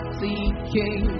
seeking